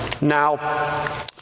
Now